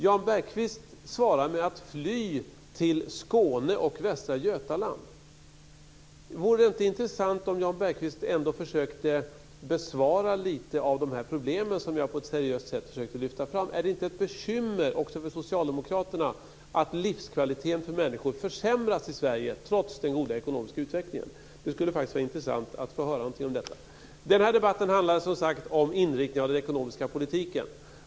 Jan Bergqvist svarade med att fly till Skåne och Västra Götaland. Det vore intressant om Jan Bergqvist ändå försökte kommentera några av de här problemen som jag på ett seriöst sätt försökte lyfta fram. Är det inte ett bekymmer också för socialdemokraterna att livskvaliteten för människor i Sverige försämras, trots den goda ekonomiska utvecklingen? Det skulle vara intressant att få höra någonting om detta. Denna debatt handlar som sagt om inriktningen av den ekonomiska politiken.